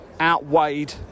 outweighed